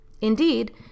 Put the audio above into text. Indeed